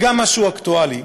וגם משהו אקטואלי.